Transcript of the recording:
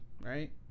right